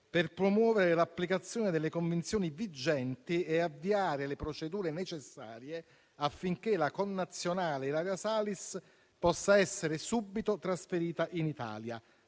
per promuovere l'applicazione delle convenzioni vigenti e avviare le procedure necessarie affinché la connazionale Ilaria Salis possa essere subito trasferita in Italia,